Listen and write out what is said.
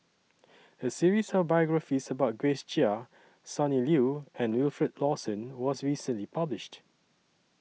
A series of biographies about Grace Chia Sonny Liew and Wilfed Lawson was recently published